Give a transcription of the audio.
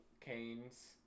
canes